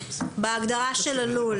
בהגדרה של הלול.